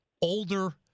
older